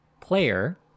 player